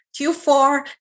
Q4